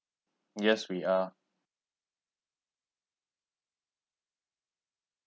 yes we are